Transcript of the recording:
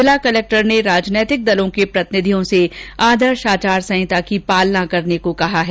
जिला कलेक्टर ने राजनैतिक दलों के प्रतिनिधियों से आदर्श आचार संहिता की पालना करने को कहा है